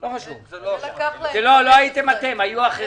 זה לא הייתם אתם, אלה היו אחרים.